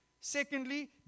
Secondly